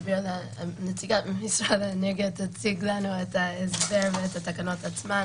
נציגת משרד האנרגיה תציג לנו את ההסבר ואת התקנות עצמן,